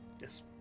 Yes